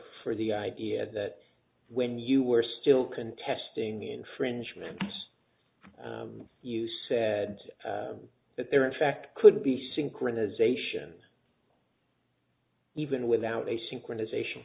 for the idea that when you were still contesting the infringement you said that there are in fact could be synchronization even without a synchronisation